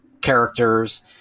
characters